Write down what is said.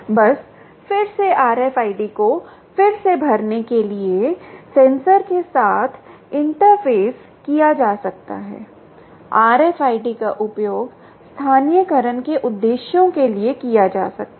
बस फिर से RFID को फिर से भरने के लिए सेंसर के साथ इंटरफेस किया जा सकता है RFID का उपयोग स्थानीयकरण के उद्देश्यों के लिए किया जा सकता है